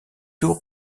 tour